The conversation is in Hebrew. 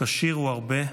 תשירו הרבה,